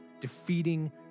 defeating